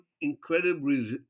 incredibly